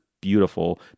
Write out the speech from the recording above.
beautiful